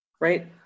Right